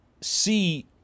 see